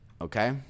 okay